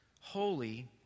holy